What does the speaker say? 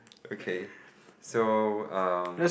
okay so um